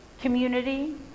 community